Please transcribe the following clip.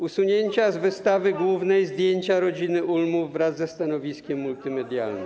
usunięcia z wystawy głównej zdjęcia rodziny Ulmów wraz ze stanowiskiem multimedialnym.